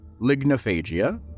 lignophagia